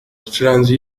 yacuranze